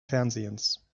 fernsehens